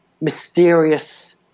mysterious